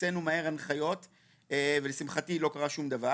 הוצאנו מהר הנחיות ולשמחתי לא קרה שום דבר,